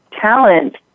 talent